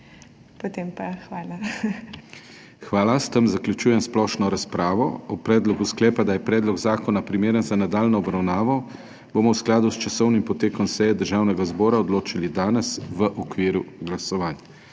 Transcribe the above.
KRIVEC:** Hvala. S tem zaključujem splošno razpravo. O predlogu sklepa, da je predlog zakona primeren za nadaljnjo obravnavo, bomo v skladu s časovnim potekom seje Državnega zbora odločali danes v okviru glasovanj.